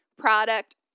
product